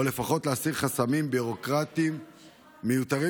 או לפחות להסיר חסמים ביורוקרטיים מיותרים